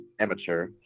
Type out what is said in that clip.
amateur